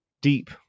deep